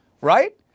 right